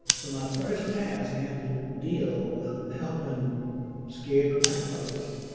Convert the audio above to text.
so my first task had to deal with helping scared black folks,